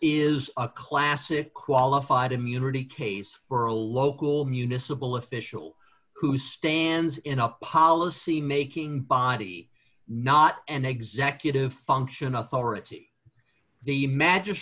is a classic qualified immunity case for a local municipal official who stands in a policy making body not an executive function authority the ma